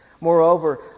Moreover